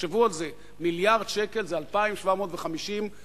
תחשבו על זה: מיליארד שקל זה 2,750 משפחות,